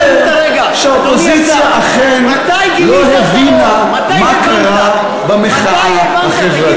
שהאופוזיציה אכן לא הבינה מה קרה במחאה החברתית.